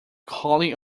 calling